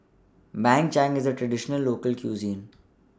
Bak Chang IS A Traditional Local Cuisine